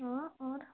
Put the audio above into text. हाँ और